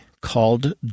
called